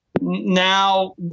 Now